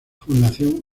fundación